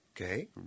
Okay